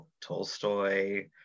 Tolstoy